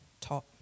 top